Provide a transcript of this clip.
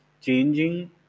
changing